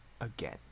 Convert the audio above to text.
again